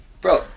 Bro